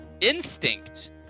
instinct